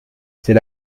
c’est